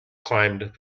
climbed